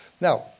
Now